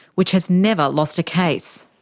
which has never lost a case.